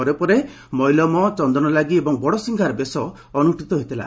ପରେ ପରେ ମୈଲମ ଚନ୍ଦନ ଲାଗି ଓ ବଡ଼ ସିଂହାର ବେଶ ଅନୁଷ୍ଷିତ ହେଶଇଥିଲା